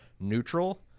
neutral